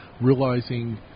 realizing